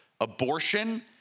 abortion